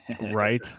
Right